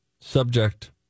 Subject